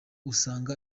usanga